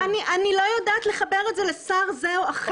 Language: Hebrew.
אני לא יודעת לחבר את זה לשר זה או אחר,